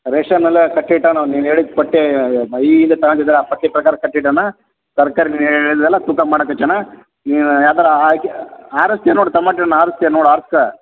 ration ಎಲ್ಲ ಕಟ್ಟಿಟ್ಟಾನೆ ಅವ್ನು ನೀವು ಹೇಳಿದ ಪಟ್ಟಿ ಈ ಇದು ತಗೊಂಡಿದ್ದರಾ ಆ ಪಟ್ಟಿ ಪ್ರಕಾರ ಕಟ್ಟಿದಾನೆ ತರಕಾರಿ ಏನು ಇದೆಯಲ್ಲ ತೂಕ ಮಾಡಕತ್ತಾನ ಯಾದರ ಆಕ್ ಆರಿಸ್ತ್ಯ ನೋಡು ಟಮಟೆ ಹಣ್ಣು ಆರಿಸ್ತ್ಯಾ ನೋಡು ಆರ್ಸ್ಕೋ